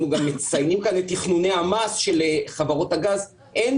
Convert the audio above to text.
אנחנו גם מציינים כאן את תכנוני המס של חברות הגז אין